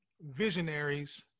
visionaries